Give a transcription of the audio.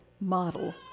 model